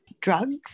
drugs